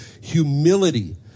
humility